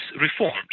reforms